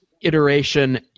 iteration